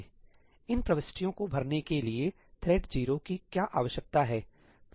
इन प्रविष्टियों को भरने के लिए थ्रेड 0 की क्या आवश्यकता है